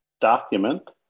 document